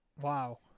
Wow